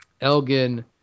Elgin